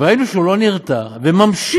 וראינו שהוא לא נרתע, וממשיך,